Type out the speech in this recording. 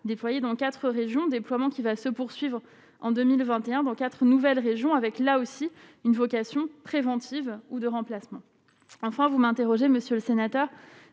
déployés dans 4 régions : déploiement qui va se poursuivre en 2021 dans quatre nouvelles régions avec là aussi une vocation préventive ou de remplacement, enfin vous m'interrogez, Monsieur le Sénateur,